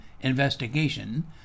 investigation